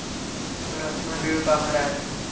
Personal ऋण का हरय?